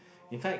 in fact